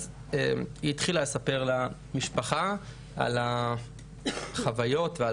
שהיא בעצם התחילה לספר למשפחה על החוויות ועל